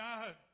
God